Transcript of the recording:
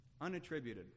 unattributed